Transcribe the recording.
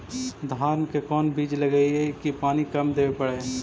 धान के कोन बिज लगईऐ कि पानी कम देवे पड़े?